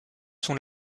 sont